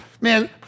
man